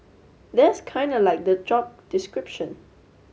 that's kinda like the job description